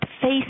face